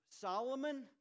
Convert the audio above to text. Solomon